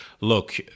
look